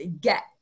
get